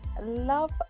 love